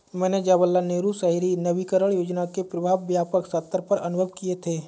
मैंने जवाहरलाल नेहरू शहरी नवीनकरण योजना के प्रभाव व्यापक सत्तर पर अनुभव किये थे